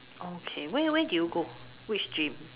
okay where where did you go which gym